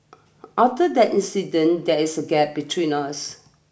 after that incident there is a gap between us